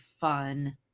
fun